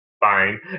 fine